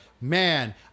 Man